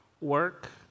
work